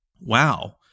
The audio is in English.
wow